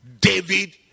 David